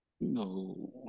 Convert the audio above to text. no